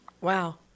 Wow